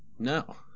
no